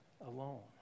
alone